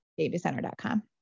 Babycenter.com